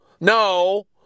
no